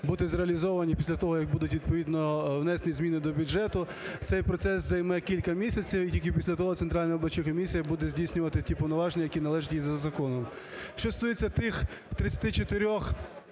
бути зреалізовані після того, як будуть відповідно внесені зміни до бюджету. Цей процес займе кілька місяців, і тільки після того Центральна виборча комісія буде здійснювати ті повноваження, які належать їй за законом. Що стосується тих 34